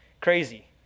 crazy